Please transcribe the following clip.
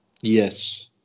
yes